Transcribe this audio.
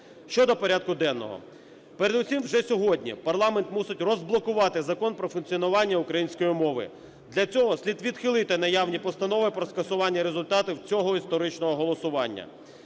Щодо порядку денного. Передусім вже сьогодні парламент мусить розблокувати Закон про функціонування української мови, для цього слід відхилити наявні постанови про скасування результатів цього історичного голосування.